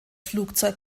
flugzeug